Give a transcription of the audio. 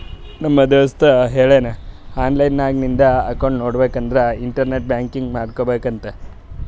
ನಮ್ ದೋಸ್ತ ಹೇಳುನ್ ಆನ್ಲೈನ್ ನಾಗ್ ನಿಂದ್ ಅಕೌಂಟ್ ನೋಡ್ಬೇಕ ಅಂದುರ್ ಇಂಟರ್ನೆಟ್ ಬ್ಯಾಂಕಿಂಗ್ ಮಾಡ್ಕೋಬೇಕ ಅಂತ್